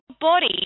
body